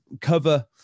cover